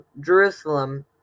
Jerusalem